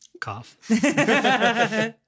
Cough